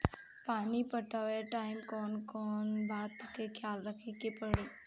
पानी पटावे टाइम कौन कौन बात के ख्याल रखे के पड़ी?